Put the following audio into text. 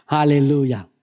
Hallelujah